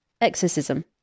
Exorcism